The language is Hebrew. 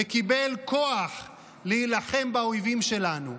וקיבל כוח להילחם באויבים שלנו.